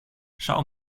schau